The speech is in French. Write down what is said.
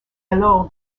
alors